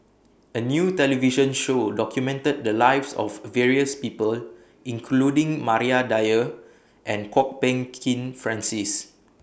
A New television Show documented The Lives of various People including Maria Dyer and Kwok Peng Kin Francis